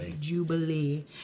jubilee